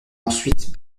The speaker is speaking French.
ensuite